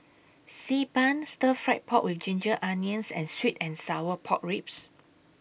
Xi Ban Stir Fry Pork with Ginger Onions and Sweet and Sour Pork Ribs